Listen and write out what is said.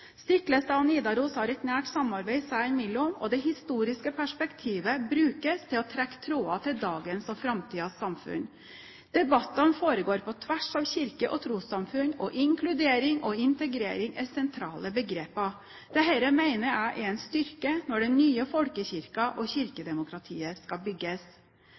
et nært samarbeid seg imellom, og det historiske perspektivet brukes til å trekke tråder til dagens og framtidens samfunn. Debattene foregår på tvers av kirke og trossamfunn, og inkludering og integrering er sentrale begreper. Dette mener jeg er en styrke når den nye folkekirken og kirkedemokratiet skal bygges.